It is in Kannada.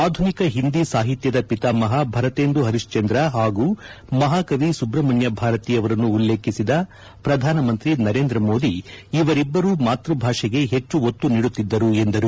ಆಧುನಿಕ ಹಿಂದಿ ಸಾಹಿತ್ಯದ ಪಿತಾಮಹ ಭರತೇಂದು ಹರಿಶ್ಚಂದ್ರ ಹಾಗೂ ಮಹಾಕವಿ ಸುಬ್ರಹ್ಮಣ್ಯ ಭಾರತಿ ಅವರನ್ನು ಉಲ್ಲೇಖಿಸಿದ ಪ್ರಧಾನಮಂತ್ರಿ ಮೋದಿ ಇವರಿಬ್ಬರು ಮಾತ್ವಭಾಷೆಗೆ ಹೆಚ್ಚು ಒತ್ತು ನೀಡುತ್ತಿದ್ದರು ಎಂದರು